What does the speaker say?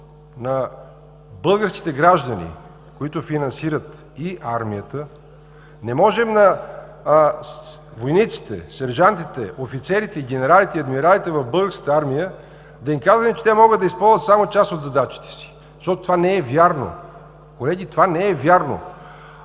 на българските граждани, които финансират и армията, не можем на войниците, сержантите, офицерите, генералите и адмиралите в Българската армия да им казваме, че те могат да използват само част от задачите си, защото това не е вярно. Колеги, това не е вярно!